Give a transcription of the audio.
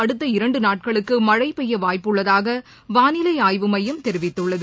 அடுத்த இரண்டுநாட்களுக்குமழைபெய்யவாய்ப்புள்ளதாகவானிலைஆய்வுமையம் தெரிவித்துள்ளது